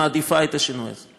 מעדיפה את השינוי הזה.